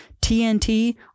tnt